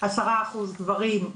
10% גברים,